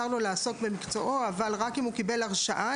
לו לעסוק במקצועו רק אם הוא קיבל הרשאה.